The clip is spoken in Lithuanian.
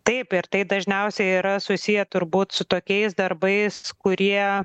taip ir tai dažniausiai yra susiję turbūt su tokiais darbais kurie